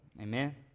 Amen